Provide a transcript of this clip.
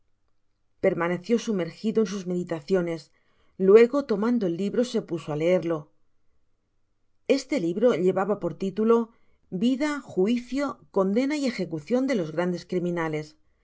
permaneció surnerjido en sus meditaciones luego tomando el libro se puso á leerlo este libro llevaba por titulo vida juicio condena y ejecucion de los grandes criminales